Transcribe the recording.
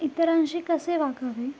इतरांशी कसे वागावे